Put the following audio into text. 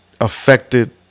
affected